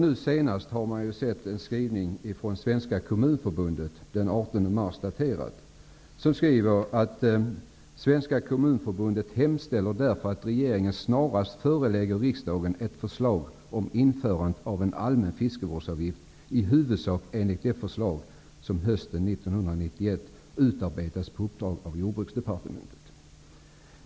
Nu senast har jag tagit del av en skrivning från Svenska kommunförbundet daterad den 18 mars, där man säger att Svenska kommunförbundet hemställer att regeringen snarast förelägger riksdagen ett förslag om införandet av en allmän fiskevårdsavgift, i huvudsak enligt det förslag som hösten 1991 Jordbruksdepartementet.